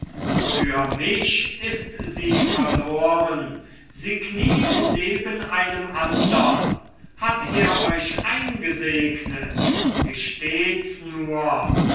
für mich ist sie verloren sie kniet neben einem andern hat er euch eingesegnet gesteht's nur